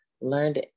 learned